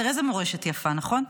תראה איזה מורשת יפה, נכון?